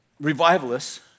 revivalists